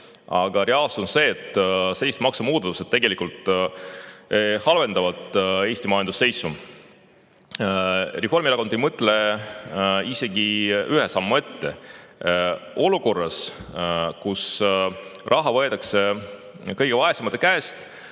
aga reaalsus on see, et sellised maksumuudatused tegelikult halvendavad Eesti majandusseisu. Reformierakond ei mõtle isegi ühte sammu ette. Olukorras, kus raha võetakse kõige vaesemate käest,